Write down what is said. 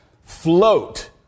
float